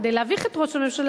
כדי להביך את ראש הממשלה,